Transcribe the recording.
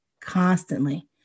constantly